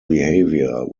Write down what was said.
behavior